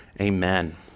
Amen